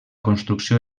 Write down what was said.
construcció